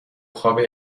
خوابه